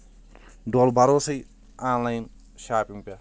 ڈول بَروسے online shopping پٮ۪ٹھ